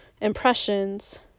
impressions